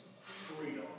Freedom